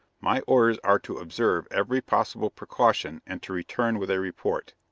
my orders are to observe every possible precaution, and to return with a report.